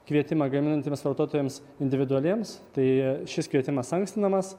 kvietimą gaminantiems vartotojams individualiems tai šis kvietimas ankstinamas